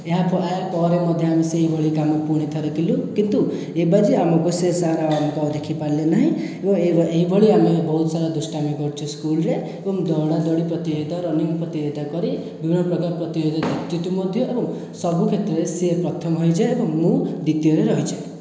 ଏହା ପରେ ଏହାପରେ ମଧ୍ୟ ଆମେ ସେହିଭଳି କାମ ପୁଣି କରିଥିଲୁ କିନ୍ତୁ ଏବେ ଯେ ଆମକୁ ସେ ସାର୍ ଆମକୁ ଆଉ ଦେଖିପାରିଲେ ନାହିଁ ଏବଂ ଏହି ଏହିଭଳି ଆମେ ବହୁତ ସାରା ଦୁଷ୍ଟାମି କରିଛୁ ସ୍କୁଲ୍ ରେ ଏବଂ ଦୌଡ଼ା ଦୌଡ଼ି ପ୍ରତିଯୋଗିତା ରନିଂ ପ୍ରତିଯୋଗିତା କରି ବିଭିନ୍ନ ପ୍ରକାର ପ୍ରତିଯୋଗିତା ଯିତିଛୁ ମଧ୍ୟ ଏବଂ ସବୁ କ୍ଷେତ୍ରରେ ସିଏ ପ୍ରଥମ ହୋଇଯାଏ ଏବଂ ମୁଁ ଦ୍ଵିତୀୟରେ ରହିଯାଏ